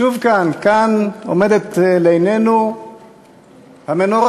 שוב, כאן עומדת לעינינו המנורה,